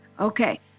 Okay